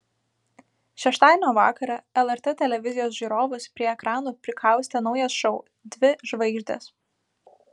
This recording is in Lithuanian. šeštadienio vakarą lrt televizijos žiūrovus prie ekranų prikaustė naujas šou dvi žvaigždės